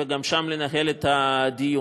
ושם לנהל את הדיון.